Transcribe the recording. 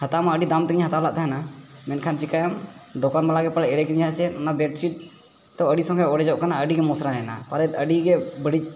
ᱦᱟᱛᱟᱣᱢᱟ ᱟᱹᱰᱤ ᱫᱟᱢᱛᱮᱧ ᱦᱟᱛᱟᱣ ᱞᱮᱫ ᱛᱟᱦᱮᱱᱟ ᱢᱮᱱᱠᱷᱟᱱ ᱪᱮᱠᱟᱭᱟᱢ ᱫᱚᱠᱟᱱ ᱵᱟᱞᱟ ᱜᱮ ᱯᱟᱞᱮᱱ ᱮᱲᱮ ᱠᱤᱫᱤᱧᱟᱭ ᱪᱮᱜ ᱚᱱᱟ ᱛᱚ ᱟᱹᱰᱤ ᱥᱚᱸᱜᱮ ᱚᱲᱮᱡᱚᱜ ᱠᱟᱱᱟ ᱟᱹᱰᱤᱜᱮ ᱢᱚᱥᱨᱟᱭᱮᱱᱟ ᱯᱟᱞᱮᱫ ᱟᱹᱰᱤᱜᱮ ᱵᱟᱹᱲᱤᱡ